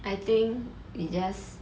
I think they just